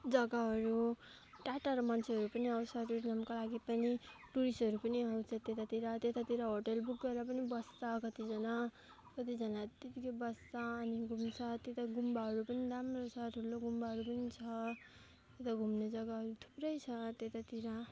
जग्गाहरू टाढो टाढो मान्छेहरू पनि आउँछ टुरिज्मको लागि पनि टुरिस्टहरू पनि आउँछ त्यतातिर त्यतातिर होटेल बुक गरेर पनि बस्छ कतिजना कतिजना त्यतिकै बस्छ अनि घुम्छ त्यता गुम्बाहरू पनि राम्रो छ ठुलो गुम्बाहरू पनि छ उता घुम्ने जग्गाहरू थुप्रै छ त्यतातिर